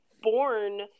born